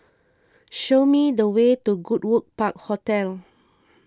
show me the way to Goodwood Park Hotel